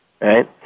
right